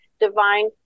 divine